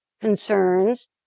concerns